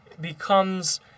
becomes